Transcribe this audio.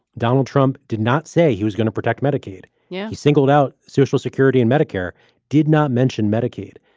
donald trump did not say he was going to protect medicaid. yeah, he singled out social security and medicare did not mention medicaid.